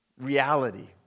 reality